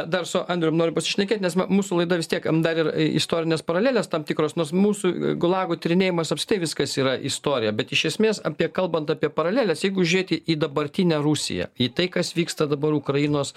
dar su andrium noriu pasišnekėt nes ma mūsų laida vis tiek dar ir istorinės paralelės tam tikros nors mūsų gulago tyrinėjimas apskritai viskas yra istorija bet iš esmės apie kalbant apie paraleles jeigu žiūrėti į dabartinę rusiją į tai kas vyksta dabar ukrainos